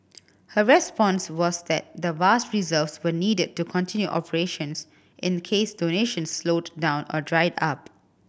her response was that the vast reserves were needed to continue operations in case donations slowed down or dried up